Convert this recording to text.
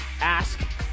ask